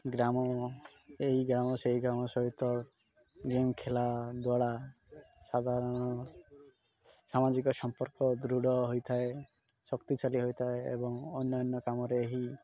ଗ୍ରାମ ଏଇ ଗ୍ରାମ ସେଇ ଗ୍ରାମ ସହିତ ଗେମ୍ ଖେଳିବା ଦ୍ୱାରା ସାଧାରଣ ସାମାଜିକ ସମ୍ପର୍କ ଦୃଢ଼ ହୋଇଥାଏ ଶକ୍ତିଶାଳୀ ହୋଇଥାଏ ଏବଂ ଅନ୍ୟାନ୍ୟ କାମରେ ଏହି